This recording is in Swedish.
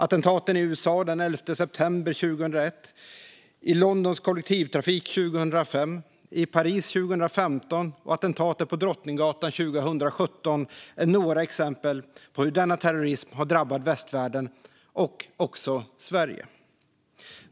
Attentaten i USA den 11 september 2001, i Londons kollektivtrafik 2005, i Paris 2015 och på Drottninggatan 2017 är några exempel på hur denna terrorism har drabbat västvärlden och också Sverige.